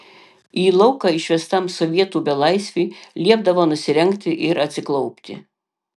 į lauką išvestam sovietų belaisviui liepdavo nusirengti ir atsiklaupti